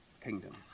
kingdoms